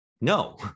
no